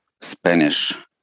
Spanish